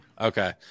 Okay